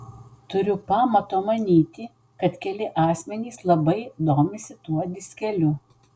turiu pamato manyti kad keli asmenys labai domisi tuo diskeliu